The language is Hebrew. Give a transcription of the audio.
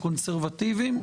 קונסרבטיבים,